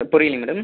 ஆ புரியல மேடம்